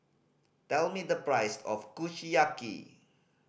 tell me the price of Kushiyaki